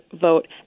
vote